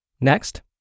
Next